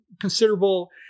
considerable